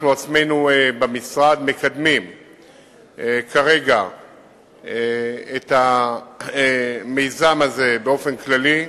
אנחנו עצמנו במשרד מקדמים כרגע את המיזם הזה באופן כללי,